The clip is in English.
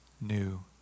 new